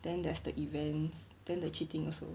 then there's the events then the cheating also